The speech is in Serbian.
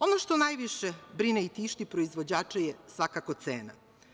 Ono što najviše brine i tišti proizvođače je svakako cena.